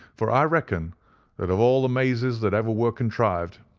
for i reckon that of all the mazes that ever were contrived,